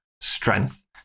strength